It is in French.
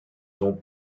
dont